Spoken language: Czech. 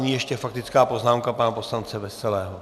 Nyní ještě faktická poznámka pana poslance Veselého.